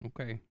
Okay